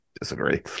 disagree